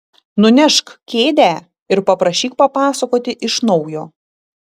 nunešk kėdę ir paprašyk papasakoti iš naujo